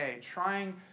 trying